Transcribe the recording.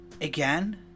again